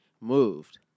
moved